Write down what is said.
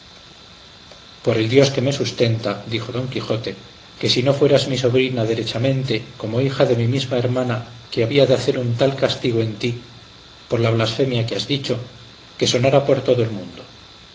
por el dios que me sustenta dijo don quijote que si no fueras mi sobrina derechamente como hija de mi misma hermana que había de hacer un tal castigo en ti por la blasfemia que has dicho que sonara por todo el mundo